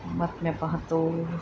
बातम्या पाहतो